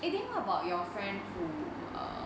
eh then how about your friend who err